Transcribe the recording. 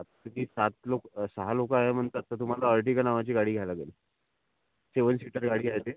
आता तुम्ही सात लोकं सहा लोकं आहे म्हणतात तर तुम्हाला एरटिगा नावाची गाडी घ्यायला लागेल सेवन सीटर गाडी आहे ती